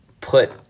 put